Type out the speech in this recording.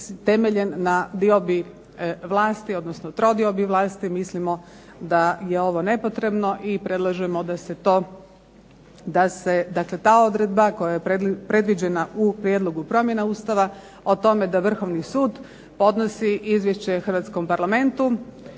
temeljen na diobi vlasti, odnosno trodiobi vlasti, mislimo da je ovo nepotrebno i predlažemo da se to, da se dakle ta odredba koja je predviđena u prijedlogu promjena Ustava o tome da Vrhovni sud podnosi izvješće hrvatskom Parlamentu,